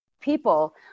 people